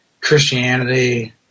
Christianity